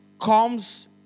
comes